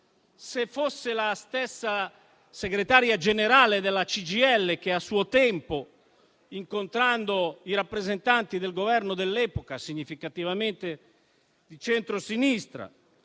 se sia la stessa segretaria generale della CGIL che, a suo tempo, incontrando i rappresentanti del Governo dell'epoca, significativamente di centrosinistra,